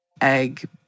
egg